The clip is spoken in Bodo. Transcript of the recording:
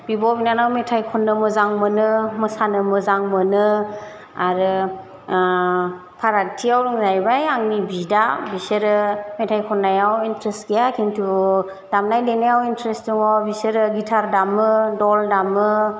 बिब' बिनानाव मेथाइ ख'ननो मोजां मोनो मोसानो मोजां मोनो आरो फारागथियाव दं जाहैबाय आंनि बिदा बिसोरो मेथाइ ख'न्नायाव इन्टारेस्ट गैया खिन्थु दामनाय देनायाव इन्टारेस्ट दङ बिसोरो गिथार दामो दल दामो